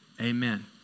amen